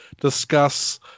discuss